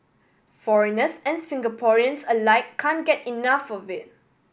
foreigners and Singaporeans alike can get enough of it